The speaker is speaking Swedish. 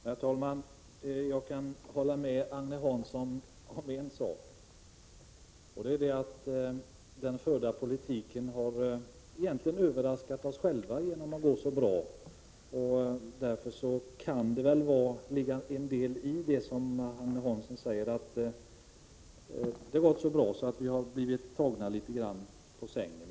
Herr talman! Jag kan hålla med Agne Hansson om en sak, nämligen att den förda politiken egentligen har överraskat oss genom att gå så bra. Därför kan det ligga en del i det som Agne Hansson säger om att det har gått så bra att vi litet grand har blivit tagna på sängen.